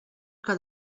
que